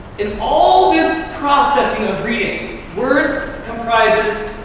in all this processing of reading, words comprises